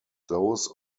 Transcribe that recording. those